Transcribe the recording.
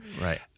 Right